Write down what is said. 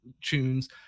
tunes